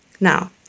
Now